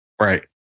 right